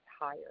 higher